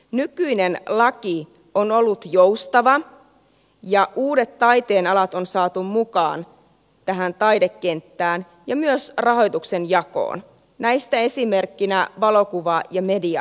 nykyinen laki on ollut joustava ja uudet taiteenalat on saatu mukaan tähän taidekenttään ja myös rahoituksen jakoon näistä esimerkkinä valokuva ja mediataide